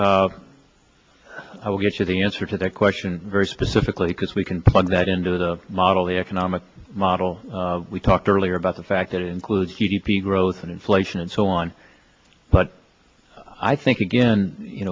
i'll get to the answer to that question very specifically because we can plug that into the model the economic model we talked earlier about the fact that it includes g d p growth and inflation and so on but i think again you